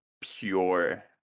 Pure